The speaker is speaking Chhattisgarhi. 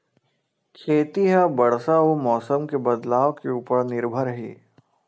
खेती हा बरसा अउ मौसम के बदलाव उपर निर्भर हे